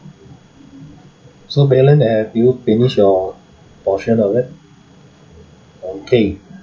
so valen have you finished your portion of it okay